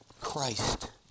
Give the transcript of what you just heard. Christ